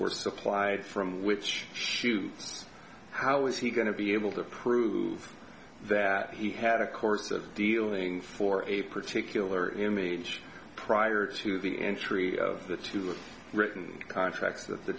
were supplied from which shoots how was he going to be able to prove that he had a course of dealing for a particular image prior to the entry of the two written contracts that the